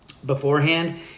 beforehand